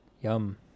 Yum